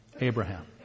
Abraham